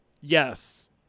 yes